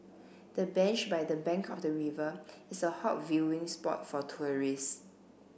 the bench by the bank of the river is a hot viewing spot for tourists